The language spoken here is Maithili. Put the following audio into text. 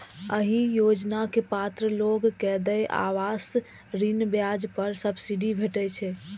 एहि योजनाक पात्र लोग कें देय आवास ऋण ब्याज पर सब्सिडी भेटै छै